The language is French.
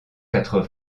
quatre